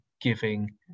giving